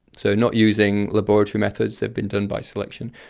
so not using laboratory methods, they've been done by selection.